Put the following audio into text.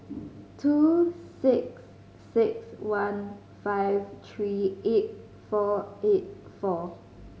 two six six one five three eight four eight four